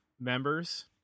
members